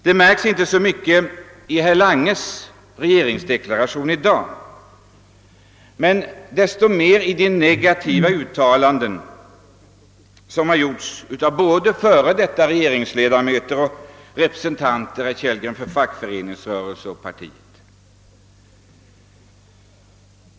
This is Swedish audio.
Det märks inte så mycket i den regeringsdeklaration som upplästes av handelsminister Lange i dag men desto mer i de negativa uttalanden som gjordes av såväl f.d. regeringsledamöter som representanter för fackföreningsrörelsen och partiet.